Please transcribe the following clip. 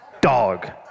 dog